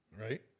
Right